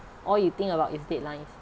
all you think about is deadlines